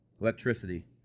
Electricity